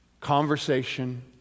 conversation